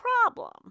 problem